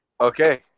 Okay